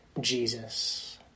Jesus